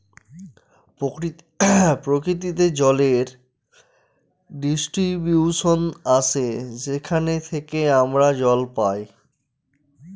প্রকৃতিতে জলের ডিস্ট্রিবিউশন আসে যেখান থেকে আমরা জল পাই